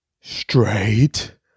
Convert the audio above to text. straight